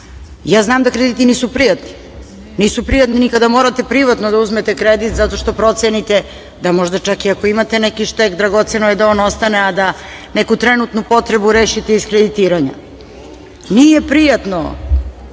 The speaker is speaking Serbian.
Ja znam da krediti nisu prijatni. Nisu prijatni ni kada morate privatno da uzmete kredit zato što procenite da možda čak i ako imate neki štek, dragoceno je da on ostane, a da neku trenutnu potrebu rešite iz kreditiranja. Nije prijatno